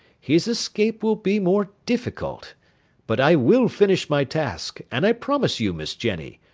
his escape will be more difficult but i will finish my task, and i promise you, miss jenny,